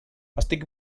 estic